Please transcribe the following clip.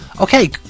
Okay